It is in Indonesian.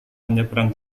menyeberang